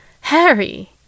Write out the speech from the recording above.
Harry